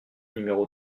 numéro